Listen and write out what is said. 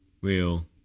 real